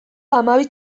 hamabi